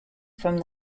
from